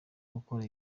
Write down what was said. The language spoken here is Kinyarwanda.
gukora